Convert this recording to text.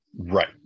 Right